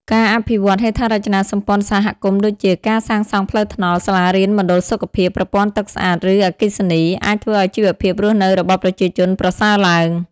ការអភិវឌ្ឍហេដ្ឋារចនាសម្ព័ន្ធសហគមន៍ដូចជា ការសាងសង់ផ្លូវថ្នល់ សាលារៀន មណ្ឌលសុខភាព ប្រព័ន្ធទឹកស្អាត ឬអគ្គិសនី អាចធ្វើឱ្យជីវភាពរស់នៅរបស់ប្រជាជនប្រសើរឡើង។